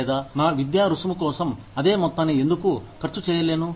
లేదా నా విద్యా రుసుము కోసం అదే మొత్తాన్ని ఎందుకూ ఖర్చు చేయలేను